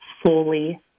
Fully